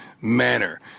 manner